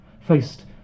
faced